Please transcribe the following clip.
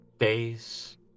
days